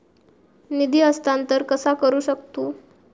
निधी हस्तांतर कसा करू शकतू?